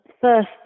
first